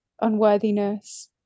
unworthiness